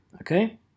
Okay